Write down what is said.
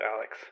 Alex